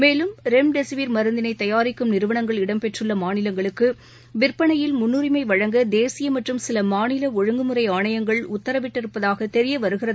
மேலும் ரெம்டெசிவிர் மருந்தினை தயாரிக்கும் நிறுவனங்கள் இடம்பெற்றுள்ள மாநிலங்களுக்கு விற்பனையில் முன்னுரிமை வழங்க தேசிய மற்றும் சில மாநில ஒழுங்குமுறை ஆணையங்கள் உத்தரவிட்டிருப்பதாக தெரிய வருகிறது